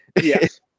Yes